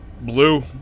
blue